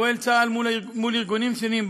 פועל צה"ל מול ארגונים שונים,